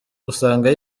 usanga